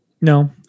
No